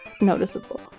noticeable